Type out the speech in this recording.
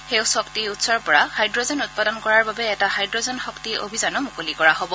সেউজ শক্তি উৎসৰ পৰা হাইড্ৰ জেন উৎপাদন কৰাৰ বাবে এটা হাইড্ৰ'জেন শক্তি অভিযান মুকলি কৰা হ'ব